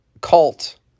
cult